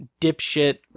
dipshit